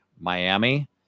Miami